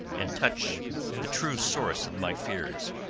and touch the true source of my fears.